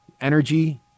Energy